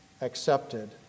accepted